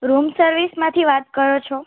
room સર્વિસમાંથી વાત કરો છો